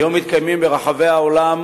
היום מתקיימים ברחבי העולם